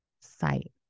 site